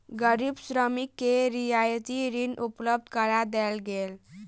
गरीब श्रमिक के रियायती ऋण उपलब्ध करा देल गेल